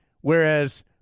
Whereas